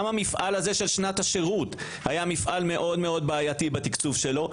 גם המפעל הזה של שנת השירות היה מפעל מאוד מאוד בעייתי בתקצוב שלו,